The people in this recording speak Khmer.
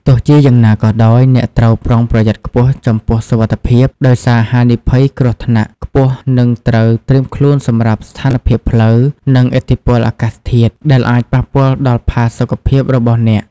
ទោះជាយ៉ាងណាក៏ដោយ អ្នកត្រូវ ប្រុងប្រយ័ត្នខ្ពស់ចំពោះសុវត្ថិភាព ដោយសារហានិភ័យគ្រោះថ្នាក់ខ្ពស់ និងត្រូវ ត្រៀមខ្លួនសម្រាប់ស្ថានភាពផ្លូវ និងឥទ្ធិពលអាកាសធាតុ ដែលអាចប៉ះពាល់ដល់ផាសុកភាពរបស់អ្នក។